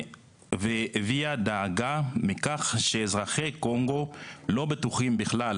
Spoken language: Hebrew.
והביע דאגה מכך שאזרחי קונגו לא בטוחים בכלל